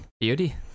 Beauty